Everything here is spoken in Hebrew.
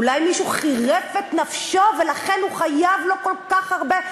אולי מישהו חירף את נפשו ולכן הוא חייב לו כל כך הרבה,